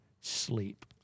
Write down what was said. sleep